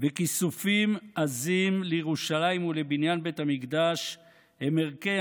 וכיסופים עזים לירושלים ולבניין בית המקדש הם ערכי